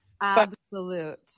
Absolute